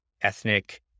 ethnic